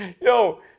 yo